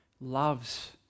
loves